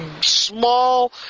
small